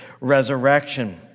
resurrection